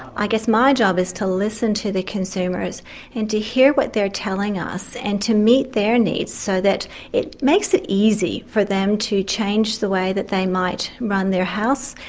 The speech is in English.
i guess my job is to listen to the consumers and to hear what they are telling us and to meet their needs so that it makes it easy for them to change the way that they might run the house,